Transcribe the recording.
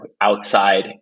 outside